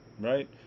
right